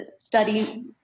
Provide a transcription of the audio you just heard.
study